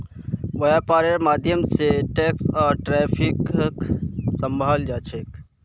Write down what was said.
वैपार्र माध्यम से टैक्स आर ट्रैफिकक सम्भलाल जा छे